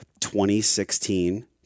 2016